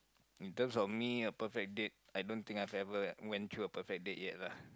in terms of me a perfect date I don't think I've ever went through a perfect date yet lah